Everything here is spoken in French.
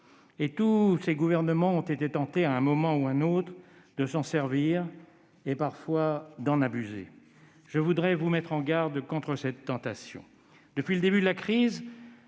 et tous ses gouvernements ont été tentés, à un moment ou un autre, de s'en servir, parfois d'en abuser. Je voudrais vous mettre en garde contre cette tentation. Depuis le début de la crise,